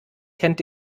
kennt